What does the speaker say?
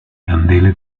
candele